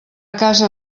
casa